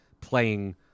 playing